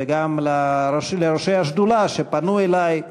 וגם לראשי השדולה שפנו אלי.